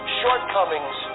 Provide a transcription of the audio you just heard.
shortcomings